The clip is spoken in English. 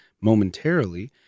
momentarily